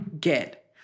get